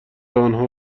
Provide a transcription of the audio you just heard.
آنها